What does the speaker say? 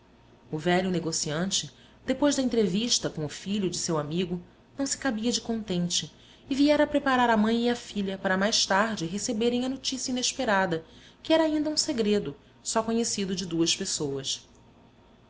o velho negociante depois da entrevista com o filho de seu amigo não se cabia de contente e viera preparar a mãe e a filha para mais tarde receberem a notícia inesperada que era ainda um segredo só conhecido de duas pessoas